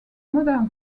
modern